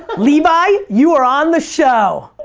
levi, you are on the show.